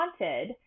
wanted